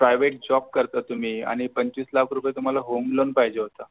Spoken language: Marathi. प्राइव्हेट जॉब करता तुम्ही आणि पंचवीस लाख रुपये तुम्हाला होम लोन पाहिजे होतं